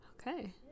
okay